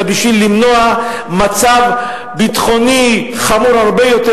אלא בשביל למנוע מצב ביטחוני חמור הרבה יותר,